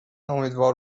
امیدوار